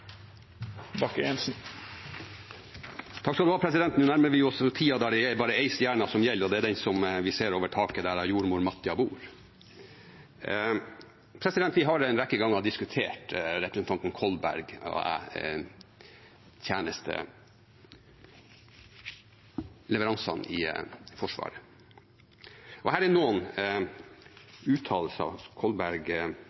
Nå nærmer vi oss tiden der det er bare én stjerne som gjelder, og det er den vi ser over taket der a Jordmor-Matja bor. Representanten Kolberg og jeg har en rekke ganger diskutert tjenesteleveransene i Forsvaret. Det er noen uttalelser som representanten Kolberg gjentar gang etter gang, som jeg